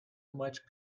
much